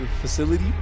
facility